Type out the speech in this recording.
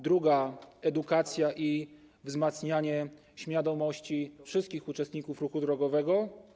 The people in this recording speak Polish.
Druga to edukacja i wzmacnianie świadomości wszystkich uczestników ruchu drogowego.